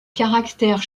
caractère